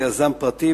ליזם פרטי,